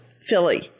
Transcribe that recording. Philly